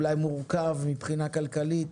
אולי מורכב מבחינה כלכלית,